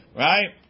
right